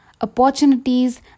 opportunities